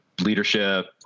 leadership